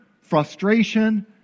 frustration